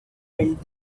went